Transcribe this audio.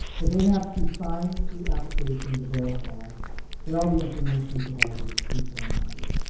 but they have to sign the application to verify that all the information provided is truthful and accurate.